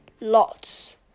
lots